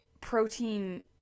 protein